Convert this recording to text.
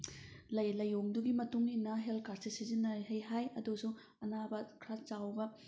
ꯂꯥꯏꯌꯣꯡꯗꯨꯒꯤ ꯃꯇꯨꯡ ꯏꯟꯅ ꯍꯦꯜꯊ ꯀꯥꯔꯗꯁꯦ ꯁꯤꯖꯤꯟꯅꯩ ꯍꯥꯏ ꯑꯗꯨꯁꯨ ꯑꯅꯥꯕ ꯈꯔ ꯆꯥꯎꯕ